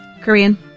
Korean